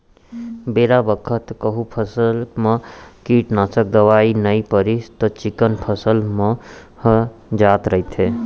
बेरा बखत कहूँ फसल म कीटनासक दवई नइ परिस त चिक्कन फसल मन ह जात रइथे